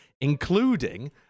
including